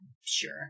sure